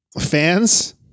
Fans